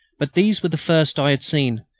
but these were the first i had seen,